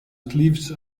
sleeves